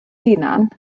hunan